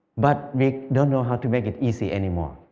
but we don't know how to make it easy anymore.